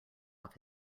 off